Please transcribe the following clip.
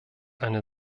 eine